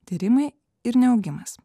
tyrimai ir neaugimas